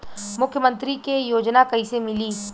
मुख्यमंत्री के योजना कइसे मिली?